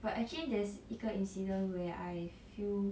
but actually there's 一个 incident where I feel